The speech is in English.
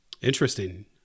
Interesting